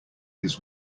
his